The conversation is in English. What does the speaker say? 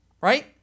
right